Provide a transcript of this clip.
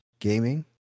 gaming